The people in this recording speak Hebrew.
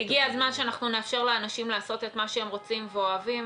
הגיע הזמן שאנחנו נאפשר לאנשים לעשות את מה שהם רוצים ואוהבים,